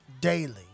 daily